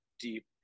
deep